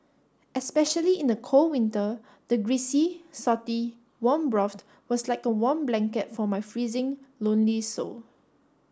especially in the cold winter the greasy salty warm broth was like a warm blanket for my freezing lonely soul